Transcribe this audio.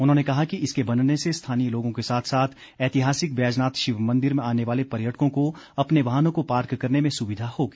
उन्होंने कहा कि इसके बनने से स्थनीय लोगों के साथ साथ ऐतिहासिक बैजनाथ शिव मंदिर में आने वाले पर्यटकों को अपने वाहनों को पार्क करने में सुविधा होगी